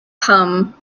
come